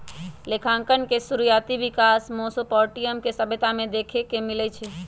लेखांकन के शुरुआति विकास मेसोपोटामिया के सभ्यता में देखे के मिलइ छइ